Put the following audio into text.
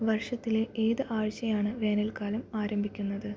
വർഷത്തിലെ ഏത് ആഴ്ചയാണ് വേനൽക്കാലം ആരംഭിക്കുന്നത്